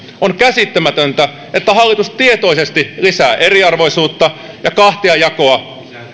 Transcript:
on käsittämätöntä että hallitus tietoisesti lisää eriarvoisuutta ja kahtiajakoa